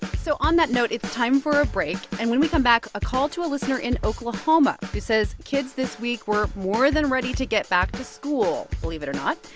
so on that note, it's time for a break. and when we come back, a call to a listener in oklahoma who says kids this week were more than ready to get back to school, believe it or not,